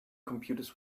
computers